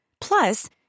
Plus